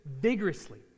vigorously